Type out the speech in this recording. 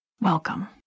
Welcome